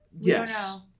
Yes